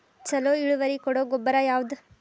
ಛಲೋ ಇಳುವರಿ ಕೊಡೊ ಗೊಬ್ಬರ ಯಾವ್ದ್?